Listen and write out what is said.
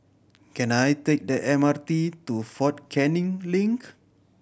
can I take the M R T to Fort Canning Link